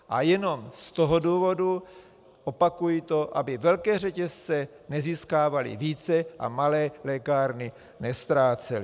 A jenom z toho důvodu, opakuji to, aby velké řetězce nezískávaly více a malé lékárny neztrácely.